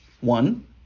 one